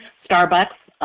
starbucks,